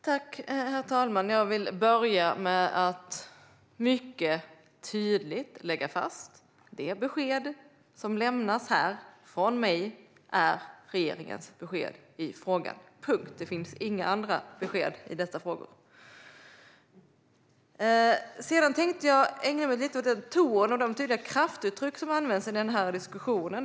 Herr talman! Jag vill börja med att mycket tydligt slå fast att de besked som lämnas här från mig är regeringens besked i frågan. Punkt. Det finns inga andra besked i dessa frågor. Jag tänkte ägna mig lite åt den ton och de kraftuttryck som används i den här diskussionen.